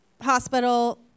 hospital